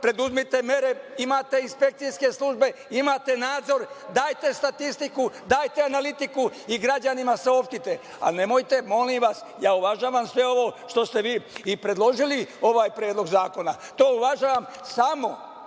preduzmite mere, imate inspekcijske službe, imate nadzor, dajte statistiku, dajte analitiku i građanima saopštite. Ali, nemojte, molim vas, ja uvažavam sve ovo što ste vi i predložili ovaj predlog zakona, to uvažavam, samo